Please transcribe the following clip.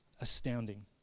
astounding